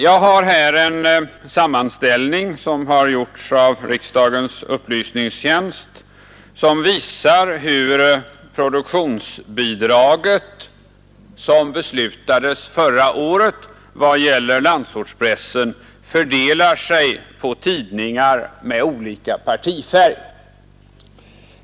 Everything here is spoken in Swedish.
Jag har här en sammanställning, gjord av riksdagens upplysningstjänst, som visar hur det produktionsbidrag som beslutades förra året, vad gäller landsortspressen fördelar sig på tidningar med olika partifärg.